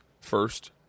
first